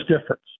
difference